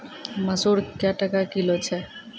मसूर क्या टका किलो छ?